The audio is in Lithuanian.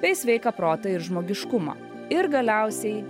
bei sveiką protą ir žmogiškumą ir galiausiai